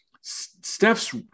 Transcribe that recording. Steph's